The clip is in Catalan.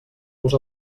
vos